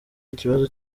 ikibazo